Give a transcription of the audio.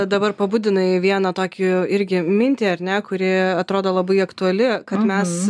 dabar pabudinai vieną tokį irgi mintį ar ne kuri atrodo labai aktuali kad mes